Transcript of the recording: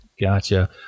Gotcha